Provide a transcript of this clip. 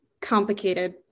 complicated